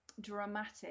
dramatic